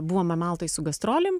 buvome maltoj su gastrolėm